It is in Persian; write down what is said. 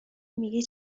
میگه